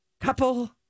couple